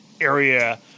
area –